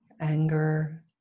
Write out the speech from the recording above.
anger